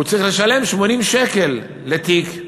צריך לשלם 80 שקלים על התיק.